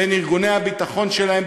בין ארגוני הביטחון שלהן,